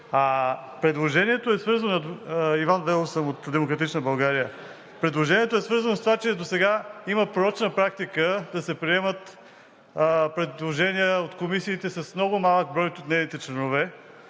Предложението е свързано с това, че досега има порочна практика да се приемат предложения от комисиите с много малък брой от нейните членове.